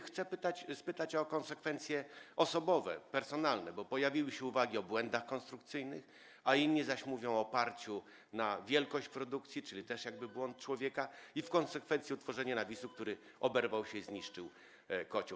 Chcę spytać o konsekwencje osobowe, personalne, bo pojawiły się uwagi o błędach konstrukcyjnych, inni zaś mówią o parciu na wielkość produkcji, czyli to też jest jakby błąd człowieka i w konsekwencji - utworzenie nawisu, który się oberwał i zniszczył kocioł.